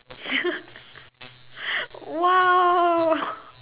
!wow!